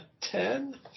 Ten